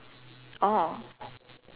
oh